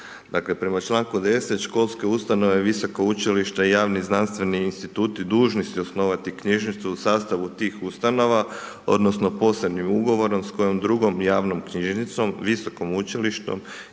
Dakle, prema članku 10. školske ustanove, visoka učilišta i javni znanstveni instituti dužni su osnovati knjižnicu u sastavu tih ustanova odnosno posebnim ugovorom s kojom drugom javnom knjižnicom, visokim učilištem